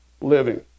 living